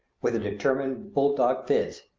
with a determined bull-dog phiz,